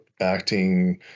acting